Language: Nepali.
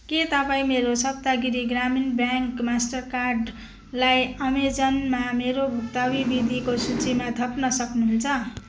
के तपाईँ मेरो सप्तगिरि ग्रामीण ब्याङ्क मास्टरकार्डलाई अमाजनमा मेरो भुक्तानी विधिको सूचीमा थप्न सक्नुहुन्छ